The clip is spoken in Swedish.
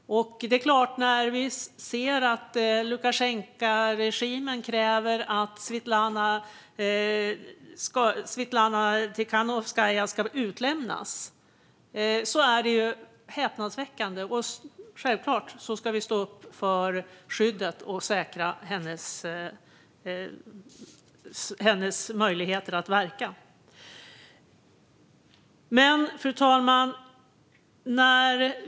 Att Lukasjenkoregimen kräver att Svetlana Tichanovskaja ska utlämnas är häpnadsväckande, och givetvis ska vi stå upp för skyddet av henne och säkra hennes möjligheter att verka. Fru talman!